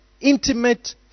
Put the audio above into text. Intimate